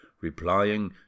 replying